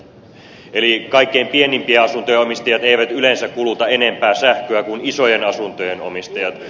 eli kaikkein pienimpien asuntojen omistajat eivät yleensä kuluta enempää sähköä kuin isojen asuntojen omistajat